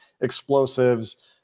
explosives